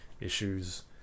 issues